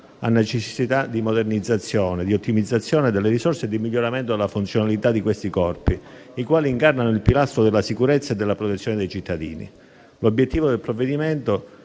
a necessità di modernizzazione, di ottimizzazione delle risorse e di miglioramento della funzionalità di questi corpi, i quali incarnano il pilastro della sicurezza e della protezione dei cittadini. L'obiettivo del provvedimento